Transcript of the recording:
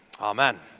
amen